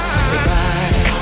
Goodbye